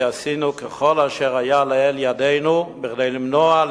כי עשינו ככל אשר היה לאל ידנו כדי למנוע,